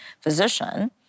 physician—